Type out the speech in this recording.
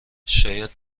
شاید